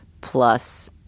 plus